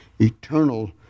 eternal